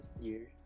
year